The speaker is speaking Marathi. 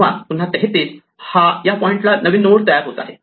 तेव्हा पुन्हा 33 हा या पॉईंटला नवीन नोड तयार होत आहे